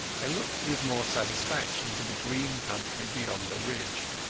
i looked with more satisfaction to the green country beyond the ridge,